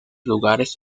lugares